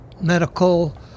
medical